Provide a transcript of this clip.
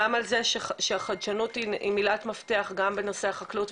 גם על זה שהחדשנות היא מילת מפתח גם בנושא החקלאות,